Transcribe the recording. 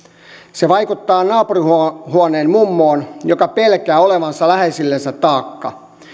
se vaikuttaa naapurihuoneen mummoon joka pelkää olevansa läheisillensä taakka